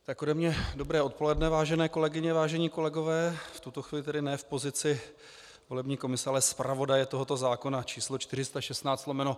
Ode mě dobré odpoledne, vážené kolegyně, vážení kolegové, v tuto chvíli tedy ne v pozici volební komise, ale zpravodaje tohoto zákona číslo 416/2009.